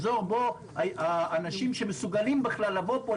אזור בו אנשים שמסוגלים בכלל לבוא לפה,